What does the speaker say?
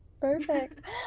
Perfect